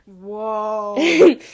Whoa